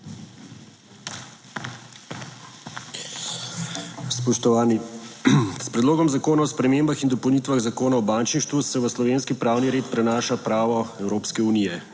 Spoštovani! S Predlogom zakona o spremembah in dopolnitvah Zakona o bančništvu se v slovenski pravni red prenaša pravo Evropske unije.